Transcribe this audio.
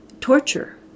torture